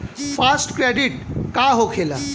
Fast credit का होखेला?